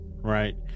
right